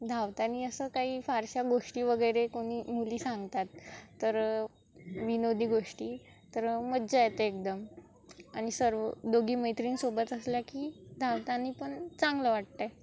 धावताना असं काही फारशा गोष्टी वगैरे कोणी मुली सांगतात तर विनोदी गोष्टी तर मज्जा येते एकदम आणि सर्व दोघी मैत्रिणीसोबत असल्या की धावताना पण चांगलं वाटतं आहे